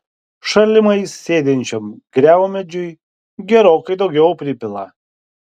šalimais sėdinčiam griaumedžiui gerokai daugiau pripila